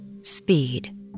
speed